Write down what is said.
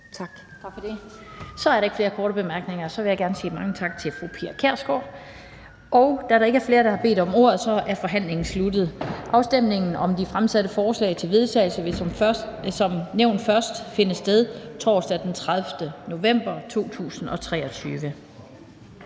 Tak for det. Så er der ikke flere korte bemærkninger, og så vil jeg gerne sige mange tak til fru Pia Kjærsgaard. Da der ikke er flere, som har bedt om ordet, er forhandlingen sluttet. Afstemningen om de fremsatte forslag til vedtagelse vil som nævnt først finde sted torsdag den 30. november 2023.